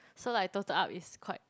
so like total up is quite